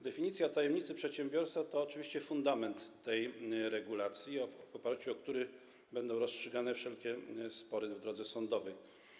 Definicja tajemnicy przedsiębiorstwa to oczywiście fundament tej regulacji, w oparciu o który będą rozstrzygane wszelkie spory w drodze sądowej.